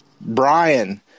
Brian